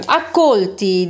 accolti